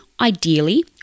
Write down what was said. Ideally